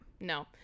no